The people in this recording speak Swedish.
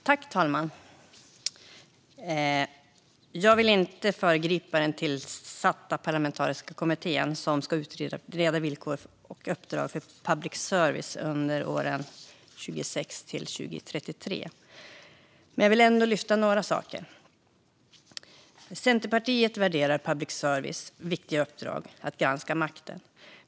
Fru talman! Jag vill inte föregripa den parlamentariskt tillsatta kommitté som ska utreda villkoren och uppdraget för public service under åren 2026-2033 men vill ändå lyfta upp några saker. Centerpartiet värderar public services viktiga uppdrag att granska makten högt.